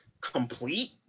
complete